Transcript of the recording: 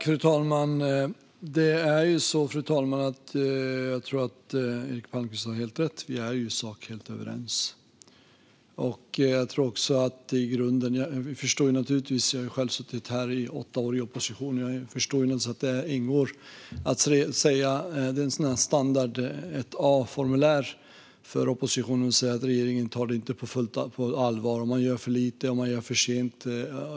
Fru talman! Jag tror att Eric Palmqvist har helt rätt - vi är ju i sak helt överens. Jag har själv suttit här i riksdagen i opposition i åtta år och förstår att det är formulär 1 A för oppositionen att säga att regeringen inte tar frågor på allvar och gör för lite och för sent.